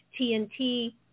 TNT